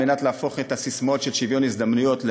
על מנת להפוך את הססמאות של שוויון הזדמנויות למעשים.